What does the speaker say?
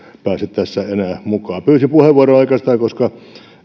pääsisi tässä enää mukaan pyysin puheenvuoroa oikeastaan koska